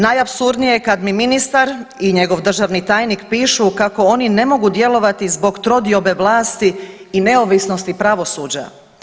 Najapsurdnije kad mi ministar i njegov državni tajnik pišu kako oni ne mogu djelovati zbog trodiobe vlasti i neovisnosti pravosuđa.